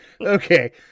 Okay